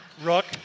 Rook